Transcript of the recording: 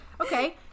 Okay